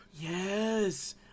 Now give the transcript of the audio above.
Yes